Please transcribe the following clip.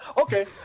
Okay